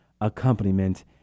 accompaniment